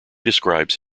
describes